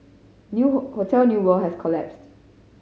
new hotel New World has collapsed